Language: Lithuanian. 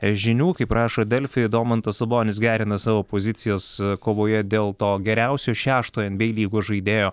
žinių kaip rašo delfi domantas sabonis gerina savo pozicijas kovoje dėl to geriausio šeštojo en by ei lygos žaidėjo